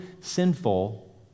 sinful